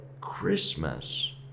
Christmas